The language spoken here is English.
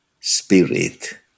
spirit